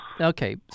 okay